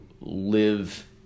live